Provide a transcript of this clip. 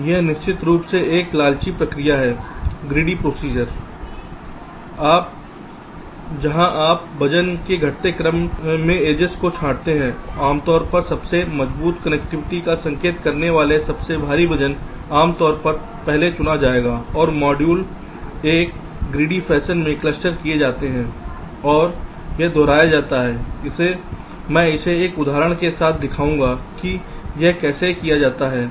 अब यह निश्चित रूप से एक लालची प्रक्रिया है जहां आप वजन के घटते क्रम में एड्जेस को छांटते हैं आमतौर पर सबसे मजबूत कनेक्टिविटी का संकेत करने वाला सबसे भारी वजन आमतौर पर पहले चुना जाएगा और मॉड्यूल एक लालची फैशन में क्लस्टर किए जाते हैं और यह दोहराया जाता है मैं इसे एक उदाहरण के साथ दिखाऊंगा की यह कैसे किया जाता है